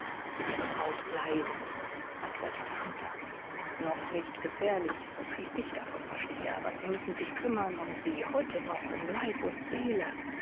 ihre braut leidet antwortete hunter noch nicht gefährlich soviel ich davon verstehe aber sie müssen sich kümmern um sie heute noch um leib und seele